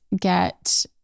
get